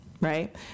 right